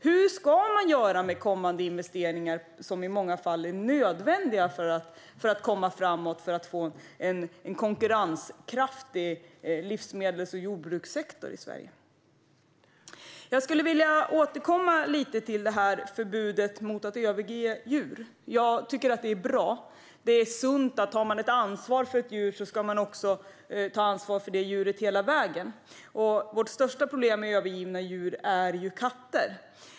Hur ska man göra med kommande investeringar, som i många fall är nödvändiga för att komma framåt och få en konkurrenskraftig livsmedels och jordbrukssektor i Sverige? Jag skulle vilja återkomma lite till förbudet mot att överge djur. Jag tycker att det är bra. Om man har ansvar för ett djur är det sunt att man ska ta ansvar för djuret hela vägen. Vårt största problem med övergivna djur är katter.